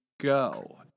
go